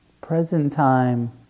present-time